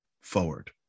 forward